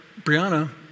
Brianna